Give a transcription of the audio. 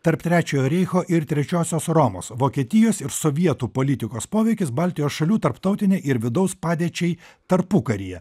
tarp trečiojo reicho ir trečiosios romos vokietijos ir sovietų politikos poveikis baltijos šalių tarptautinei ir vidaus padėčiai tarpukaryje